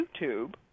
YouTube